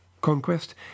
conquest